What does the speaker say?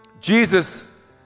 Jesus